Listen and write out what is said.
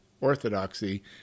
orthodoxy